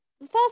first